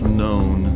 known